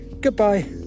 Goodbye